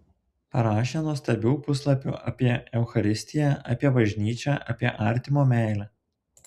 parašė nuostabių puslapių apie eucharistiją apie bažnyčią apie artimo meilę